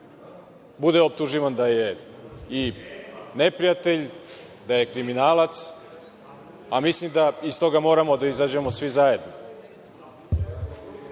bude optuživan da je i neprijatelj, da je kriminalac, a mislim da iz toga moramo da izađemo svi zajedno. Ono